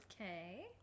Okay